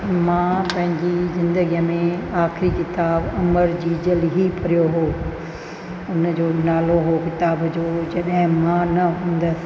मां पंहिंजी ज़िंदगीअ में आख़िरी किताबु अमर जीजल ई पढ़ियो हो उन जो नालो हो किताब जो जॾहिं माउ न हूंदसि